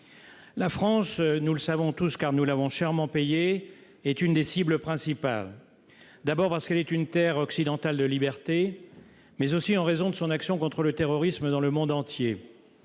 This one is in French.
la France, nous le savons tous car nous l'avons chèrement payée est une des cibles principales : d'abord parce qu'elle est une terre occidentale de liberté mais aussi en raison de son action contre le terrorisme dans le monde entier,